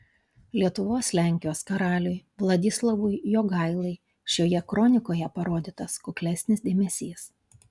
lietuvos lenkijos karaliui vladislovui jogailai šioje kronikoje parodytas kuklesnis dėmesys